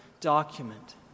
document